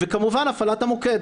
וכמובן הפעלת המוקד.